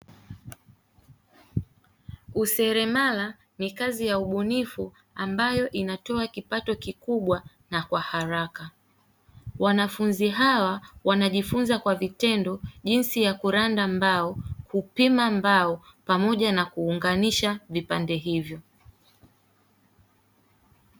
Useremala ni kazi ya ubunifu ambayo inatoa kipato kikubwa na kwa haraka. Wanafunzi hawa wanajifunza kwa vitendo jinsi ya kuranda mbao, kupima mbao pamoja na kuunganisha vipande hivyo.